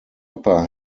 upper